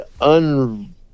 un